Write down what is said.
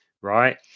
right